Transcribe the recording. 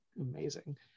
amazing